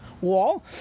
wall